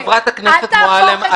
חברת הכנסת מועלם,